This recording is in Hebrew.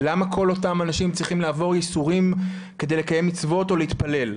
למה כל אותם אנשים צריכים לעבור ייסורים כדי לקיים מצוות או להתפלל.